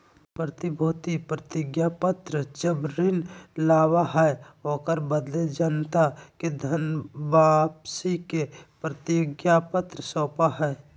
प्रतिभूति प्रतिज्ञापत्र जब ऋण लाबा हइ, ओकरा बदले जनता के धन वापसी के प्रतिज्ञापत्र सौपा हइ